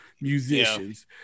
musicians